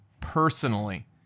personally